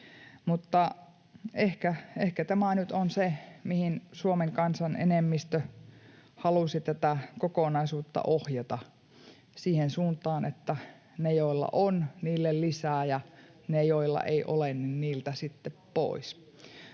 ehkä tämä nyt on se, mihin Suomen kansan enemmistö halusi tätä kokonaisuutta ohjata, siihen suuntaan, että niille, joilla on, lisää ja niiltä, joilla ei ole, sitten pois.